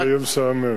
שלא יהיה משעמם.